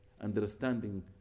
understanding